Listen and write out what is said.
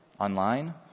online